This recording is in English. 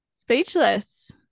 Speechless